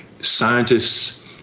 scientists